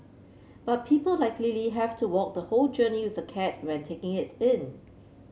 but people like Lily have to walk the whole journey with the cat when taking it in